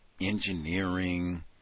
engineering